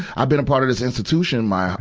i've been a part of this institution my,